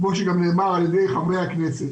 כמו שגם נאמר על ידי חברי הכנסת.